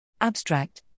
Abstract